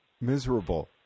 Miserable